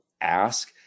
ask